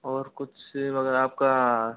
और कुछ सेव वगैरह आपका